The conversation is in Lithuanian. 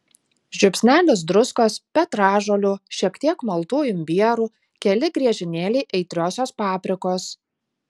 žiupsnelis druskos petražolių šiek tiek maltų imbierų keli griežinėliai aitriosios paprikos